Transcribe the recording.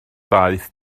daeth